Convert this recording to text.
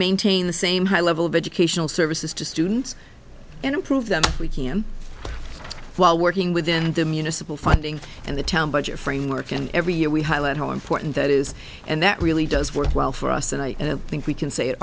maintain the same high level of educational services to students and improve them while working within the municipal funding and the town budget framework and every year we highlight how important that is and that really does work well for us and i think we can say it